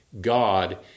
God